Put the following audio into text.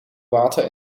water